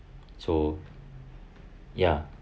so ya